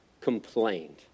complained